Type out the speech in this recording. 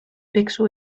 pixel